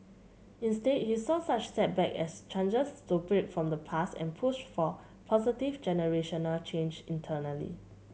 instead he saw such setbacks as chances to break from the past and push for positive generational change internally